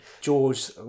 George